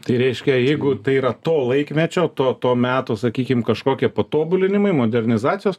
tai reiškia jeigu tai yra to laikmečio to to meto sakykim kažkokie patobulinimai modernizacijos